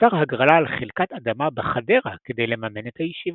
שטר הגרלה על חלקת אדמה בחדרה כדי לממן את הישיבה.